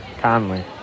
Conley